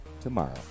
tomorrow